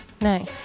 Nice